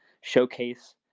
showcase